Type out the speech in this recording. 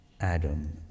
Adam